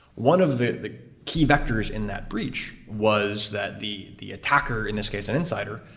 one of the the key vectors in that breach was that the the attacker, in this case, an insider,